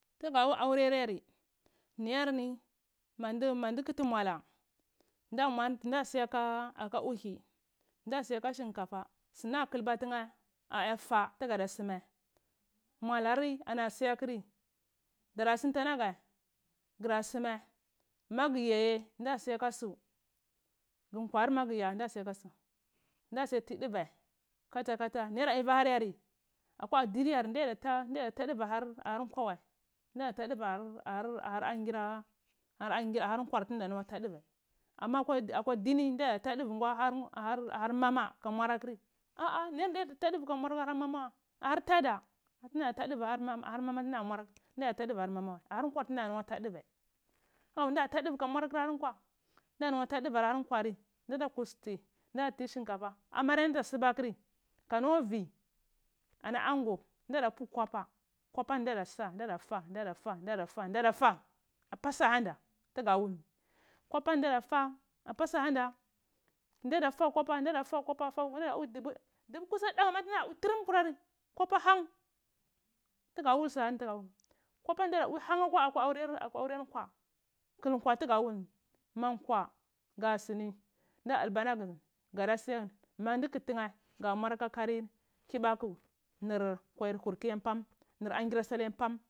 Tuga wul aurair yori niyorni mandu kulta muala adamuar siyuhu uhu nda suy aka shinkafa sunan akulba tuna ga ya fah tuga da suma muslarr ana suyakuri dora suntu ana ghe gura suma magur yaye nda suya kas nda katiduvaikaa kaca akwa diryari nda diya hatay duvai ahak ahar angora hkwar ntuga ta tuvai ama akwa dini ndadiya tai duvai har ahwai ahar mama ka suya kur aha niyar ndiya ndadiya duva kagur suma kurmai ahar tada huna ta duvar ahar ma tuna ɗuvar tuna muar ta ahar nkwar tu nd muar ta duva mawul nda ta duwai kadnu marahurakur ahar mwo ndata kusti nda ti shinkafa amara tudor suba kuri kanuwa vwi ana ango ndoda pu kopa kwapa kwaba ni nda di ya sa ndo da fa ndadafa ndada ta npa su ahanda byaa wul ni kwapa ni tuga wul ni apa sa ahanda ndada pa kwapa ndadapukwapa dubu kusan ɗuɓu dori dari tuna bwi turum kwari koba han tuga wul saani kobani ndo diya bwi ni han akwa aurai nkwa nkul nkwa ni buga wul ni ma nkwa ga suni nda dulba laghu ni goda suyakur ndadiya kofina akwa karir nhi kibaku nur kwayar kibaku ni nur hur kior ma shan nur hur kyar ma pam.